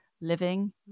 living